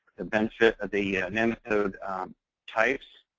benefit of the nematode types.